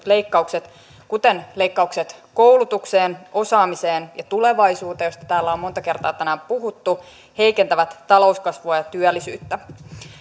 leikkaukset kuten leikkaukset koulutukseen osaamiseen ja tulevaisuuteen mistä täällä on monta kertaa tänään puhuttu heikentävät talouskasvua ja työllisyyttä